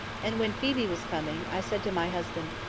and when phoebe was coming, i said to my husband,